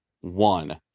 one